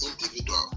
individual